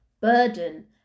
burden